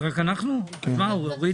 לאורית